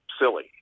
silly